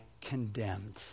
condemned